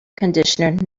conditioner